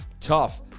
tough